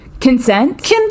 Consent